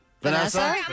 Vanessa